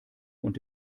und